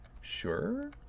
sure